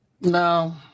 No